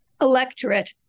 electorate